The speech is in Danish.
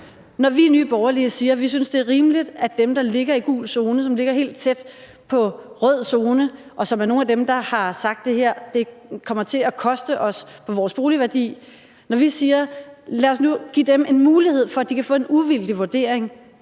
Når vi i Nye Borgerlige siger i forhold dem, der ligger i gul zone, og som ligger helt tæt på rød zone, og som er nogle af dem, der har sagt, at det her kommer til at koste i forhold til deres boligværdi, at vi synes, det er rimeligt, at man skal give dem en mulighed for, at de kan få en uvildig vurdering,